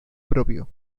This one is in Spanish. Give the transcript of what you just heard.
propio